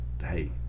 hey